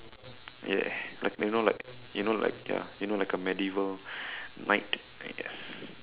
ya like you know like you know like ya you know like a medieval knight yes